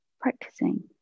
practicing